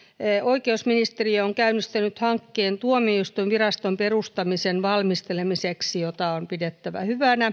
oikeusministeriö on käynnistänyt hankkeen tuomioistuinviraston perustamisen valmistelemiseksi mitä on pidettävä